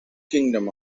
kingdom